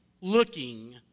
looking